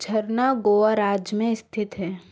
झरना गोवा राज्य में स्थित है